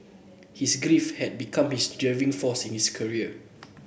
his grief had become his driving force in his career